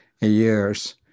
years